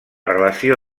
relació